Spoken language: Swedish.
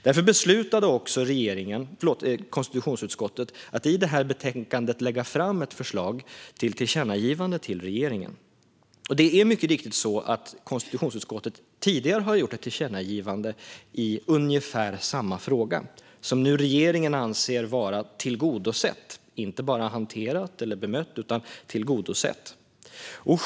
Därför beslutade också konstitutionsutskottet att i det här betänkandet lägga fram ett förslag till tillkännagivande till regeringen. Det är mycket riktigt så att konstitutionsutskottet tidigare har gjort ett tillkännagivande i ungefär samma fråga och som regeringen nu anser vara tillgodosett, alltså inte bara hanterat eller bemött utan tillgodosett.